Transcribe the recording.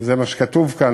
אבל זה מה שכתוב כאן.